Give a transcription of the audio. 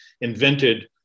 invented